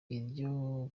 iryo